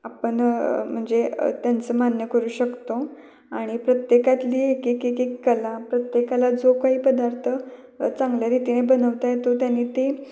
आपण म्हणजे त्यांचं मान्य करू शकतो आणि प्रत्येकातली एक एक एक एक कला प्रत्येकाला जो काही पदार्थ चांगल्या रीतीने बनवता येतो त्यानी ते